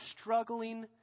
struggling